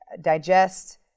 digest